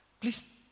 please